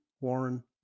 Warren